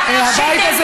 מלחמות.